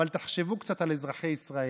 אבל תחשבו קצת על אזרחי ישראל.